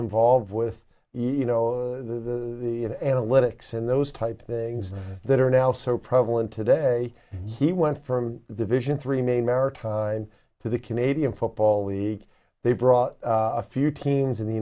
involved with you know in analytics in those type of things that are now so prevalent today he went from division three main maritime to the canadian football league they brought a few teams in the